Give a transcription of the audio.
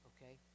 Okay